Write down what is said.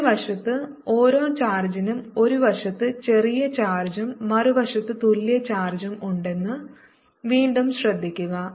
ഒരു വശത്ത് ഓരോ ചാർജിനും ഒരു വശത്ത് ചെറിയ ചാർജും മറുവശത്ത് തുല്യ ചാർജും ഉണ്ടെന്ന് വീണ്ടും ശ്രദ്ധിക്കുക